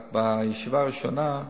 רק בישיבה הראשונה,